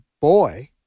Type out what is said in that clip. boy